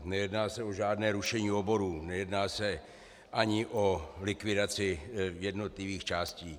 Nejedná se o žádné rušení oboru, nejedná se ani o likvidaci jednotlivých částí.